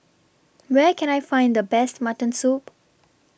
Where Can I Find The Best Mutton Soup